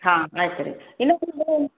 ಹಾಂ ಆಯ್ತು ರೀ ಇನ್ನೊಂದು